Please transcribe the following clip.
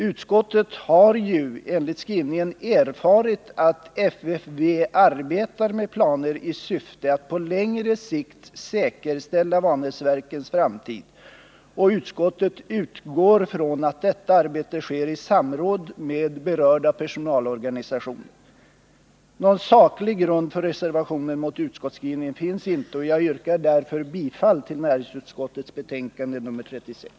Utskottet har ju enligt skrivningen erfarit att FFV arbetar med planer i syfte att på längré sikt säkerställa Vanäsverkens framtid, och utskottet utgår från att detta arbete sker i samråd med berörda personalorganisationer. Någon saklig grund för reservationen mot utskottsskrivningen finns inte, och jag yrkar därför bifall till näringsutskottets hemställan i dess betänkande nr 36.